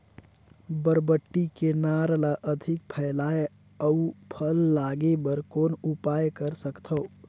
बरबट्टी के नार ल अधिक फैलाय अउ फल लागे बर कौन उपाय कर सकथव?